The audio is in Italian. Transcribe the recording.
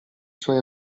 suoi